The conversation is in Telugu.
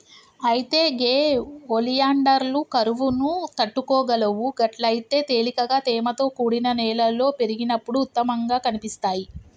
అయితే గే ఒలియాండర్లు కరువును తట్టుకోగలవు గట్లయితే తేలికగా తేమతో కూడిన నేలలో పెరిగినప్పుడు ఉత్తమంగా కనిపిస్తాయి